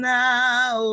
now